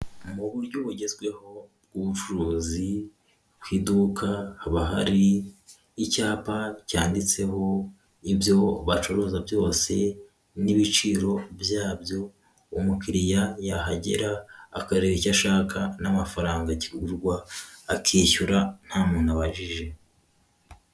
Mu buryo bugezweho by'ubucuruzi, ku iduka haba hari icyapa cyanditseho ibyo bacuruza byose, n'ibiciro byabyo, umukiriya yahagera akareba icyo ashaka n'amafaranga kigurwa, akishyura nta muntu abajije.